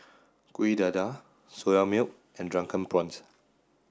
Kueh Dadar Soya Milk and drunken prawns